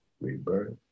rebirth